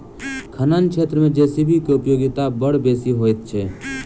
खनन क्षेत्र मे जे.सी.बी के उपयोगिता बड़ बेसी होइत छै